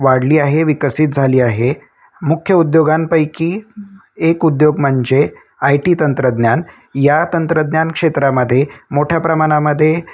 वाढली आहे विकसित झाली आहे मुख्य उद्योगांपैकी एक उद्योग म्हणजे आय टी तंत्रज्ञान या तंत्रज्ञान क्षेत्रामध्ये मोठ्या प्रमाणामध्ये